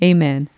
Amen